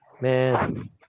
man